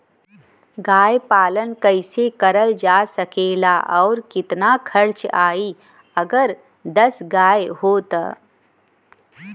गाय पालन कइसे करल जा सकेला और कितना खर्च आई अगर दस गाय हो त?